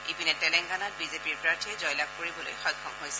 ইপিনে তেলেংগানাত বিজেপিৰ প্ৰাৰ্থীয়ে জয়লাভ কৰিবলৈ সক্ষম হৈছে